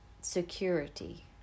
security